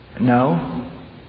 No